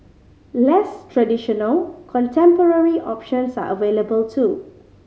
less traditional contemporary options are available too